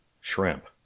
Shrimp